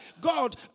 God